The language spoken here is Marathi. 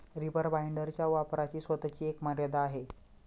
रीपर बाइंडरच्या वापराची स्वतःची एक मर्यादा आहे